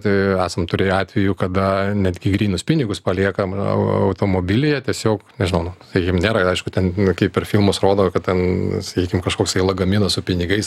tai esam turėję atvejų kada netgi grynus pinigus palieka automobilyje tiesiog nežinau nu sakykim nėra aišku ten kaip per filmus rodo kad ten sakykim kažkoksai lagaminas su pinigais